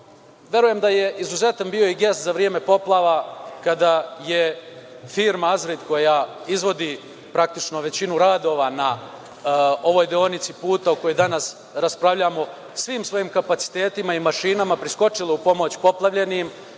verujem da je izuzetan bio i gest za vreme poplava kada je firma „Azret“ koja izvodi praktično većinu radova na ovoj deonici puta o kojoj danas raspravljamo, svim svojim kapacitetima i mašinama priskočila u pomoć poplavljenim,